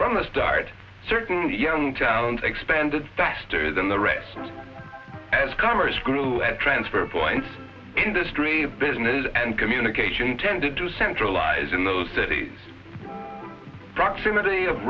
from the start certainly young towns expanded faster than the rest as commerce grew and transfer points industry business and communication tended to centralise in those cities proximity of